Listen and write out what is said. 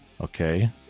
Okay